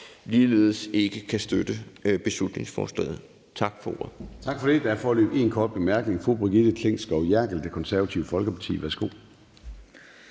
ligeledes ikke kan støtte beslutningsforslaget. Tak for ordet.